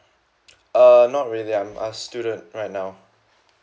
uh not really I'm a student right now